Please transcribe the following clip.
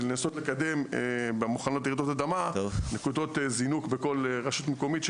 לנסות לקדם במוכנות לרעידות אדמה נקודות זינוק בכל רשות מקומית,